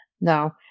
No